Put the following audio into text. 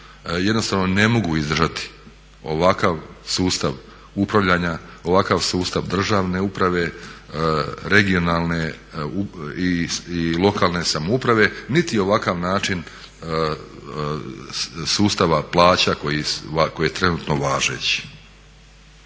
jednostavno ne mogu izdržati ovakav sustav upravljanja, ovakav sustav državne uprave, regionalne i lokalne samouprave, niti ovakav način sustava plaća koji je trenutno važeći.